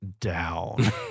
down